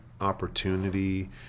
opportunity